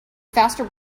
faster